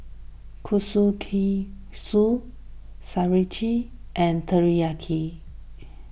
Kushikatsu Sauerkraut and Teriyaki